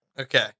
okay